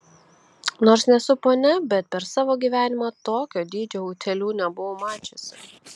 nors nesu ponia bet per savo gyvenimą tokio dydžio utėlių nebuvau mačiusi